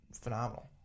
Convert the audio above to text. phenomenal